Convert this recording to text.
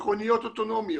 מכוניות אוטומטיות,